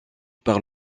par